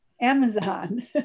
Amazon